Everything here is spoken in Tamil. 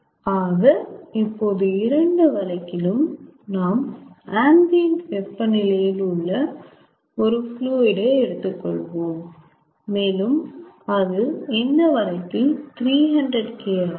ஆக இப்போது இரண்டு வழக்கிலும் நாம் அம்பிஎண்ட் வெப்பநிலையில் உள்ள ஒரு ஃப்லுயிடு ஐ எடுத்துக்கொள்வோம் மேலும் அது இந்த வழக்கில் 300K ஆகும்